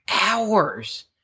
hours